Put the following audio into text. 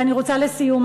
ואני רוצה לסיום,